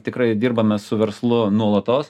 tikrai dirbame su verslu nuolatos